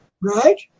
Right